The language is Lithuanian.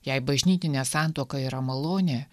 jei bažnytinė santuoka yra malonė